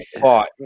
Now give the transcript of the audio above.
fought